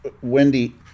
Wendy